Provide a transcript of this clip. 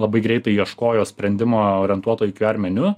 labai greitai ieškojo sprendimo orientuoto į qr meniu